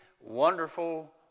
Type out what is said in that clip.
wonderful